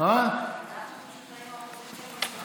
אנחנו פשוט היינו אופוזיציה,